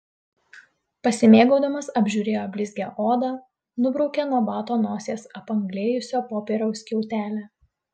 pasimėgaudamas apžiūrėjo blizgią odą nubraukė nuo bato nosies apanglėjusio popieriaus skiautelę